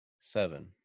Seven